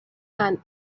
and